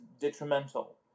detrimental